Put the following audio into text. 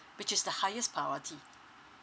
which is the highest priority